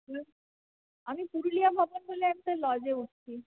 আমি পুরুলিয়া ভবন বলে একটা লজে উঠছি